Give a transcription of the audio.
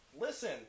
listen